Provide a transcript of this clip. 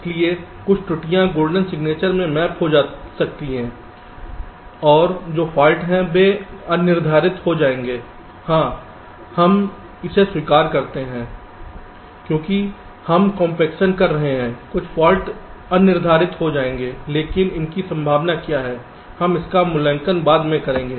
इसलिए कुछ त्रुटियां गोल्डन सिग्नेचर में मैप हो सकती हैं और जो फॉल्ट हैं वे अनिर्धारित हो जाएंगे हां हम इसे स्वीकार करते हैं क्योंकि हम कॉम्पेक्शन कर रहे हैं कुछ फॉल्ट अनिर्धारित हो जाएंगे लेकिन इसकी संभावना क्या है हम इसका मूल्यांकन बाद में करेंगे